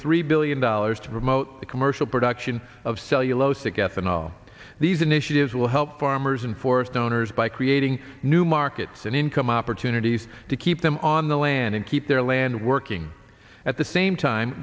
three billion dollars to promote the commercial production of cellulosic ethanol these initiatives will help farmers and forest owners by creating new markets and income opportunities to keep them on the land and keep their land working at the same time